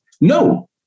No